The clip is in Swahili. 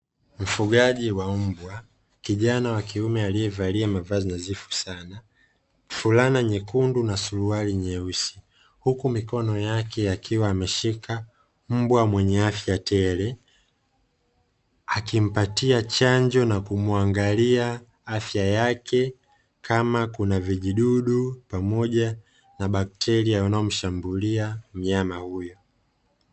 Mfugaji wa mbwa kijana wa kiume aliyevalia mavazi nadhifu sana, fulana nyekundu na suruali nyeusi, huku mikono yake akiwa ameshika mbwa mwenye afya tele akimpatia chanjo na kumwangalia afya yake kama kuna vijidudu pamoja na bakteria wanaomshambulia mnyama huyo.